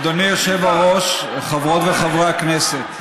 אדוני היושב-ראש, חברות וחברי הכנסת,